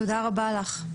תודה רבה לך.